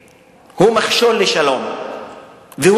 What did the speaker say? אכן,